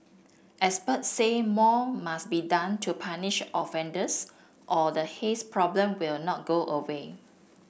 expert say more must be done to punish offenders or the haze problem will not go away